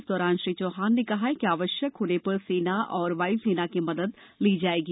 इस दौरान श्री चौहान ने कहा कि आवश्यक होने पर सेना तथा वायुसेना की मदद ली जाएगी